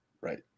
right